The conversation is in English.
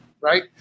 right